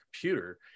computer